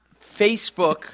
Facebook